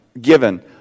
given